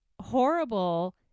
horrible